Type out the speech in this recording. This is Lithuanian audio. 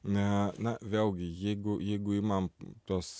na na vėlgi jeigu jeigu imam tuos